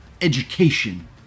education